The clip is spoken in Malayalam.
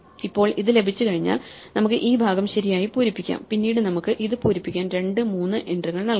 ഇപ്പോൾ ഇത് ലഭിച്ചുകഴിഞ്ഞാൽ നമുക്ക് ഈ ഭാഗം ശരിയായി പൂരിപ്പിക്കാം പിന്നീട് നമുക്ക് ഇത് പൂരിപ്പിക്കാൻ രണ്ട് മൂന്ന് എൻട്രികൾ നൽകാം